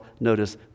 notice